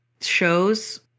shows